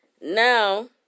Now